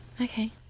Okay